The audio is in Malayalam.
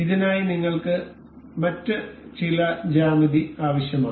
ഇതിനായി നിങ്ങൾക്ക് മറ്റ് ചില ജ്യാമിതി ആവശ്യമാണ്